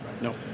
No